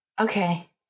Okay